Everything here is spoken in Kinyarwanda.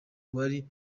wari